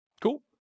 Cool